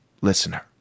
listener